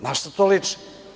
Na šta to liči?